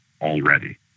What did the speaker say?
already